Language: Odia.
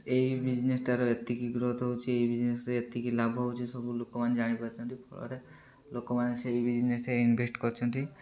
ଏଇ ବିଜନେସଟାର ଏତିକି ଗ୍ରୋଥ୍ ହେଉଛି ଏଇ ବିଜନେସରେ ଏତିକି ଲାଭ ହେଉଛି ସବୁ ଲୋକମାନେ ଜାଣିପାରୁଛନ୍ତି ଫଳରେ ଲୋକମାନେ ସେଇ ବିଜନେସଟା ଇନଭେଷ୍ଟ କରିଛନ୍ତି